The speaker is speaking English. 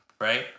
Right